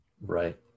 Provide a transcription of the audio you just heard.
Right